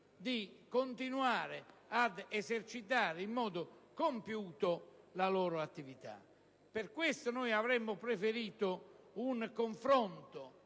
di continuare ad esercitare in modo compiuto la loro attività. Per questo motivo, noi avremmo preferito un confronto